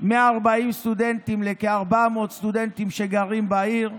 מ-40 סטודנטים לכ-400 סטודנטים שגרים בעיר.